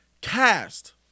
cast